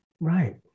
right